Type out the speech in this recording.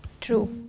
True